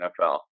NFL